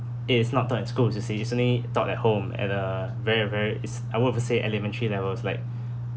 it is not taught in schools you see it's only taught at home at a very very is I would to say elementary levels like